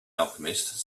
alchemist